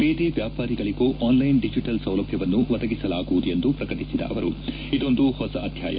ಬೀದಿ ವ್ಯಾಪಾರಿಗಳಿಗೂ online digital ಸೌಲಭ್ಯವನ್ನು ಒದಗಿಸಲಾಗುವುದು ಎಂದು ಪ್ರಕಟಿಸಿದ ಅವರುಇದೊಂದು ಹೊಸ ಅಧ್ಯಾಯ